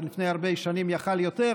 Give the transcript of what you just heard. לפני הרבה שנים היה יכול יותר,